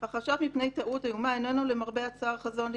החשש מפני טעות איומה איננו למרבה הצער חזון דמיוני.